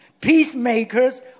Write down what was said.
Peacemakers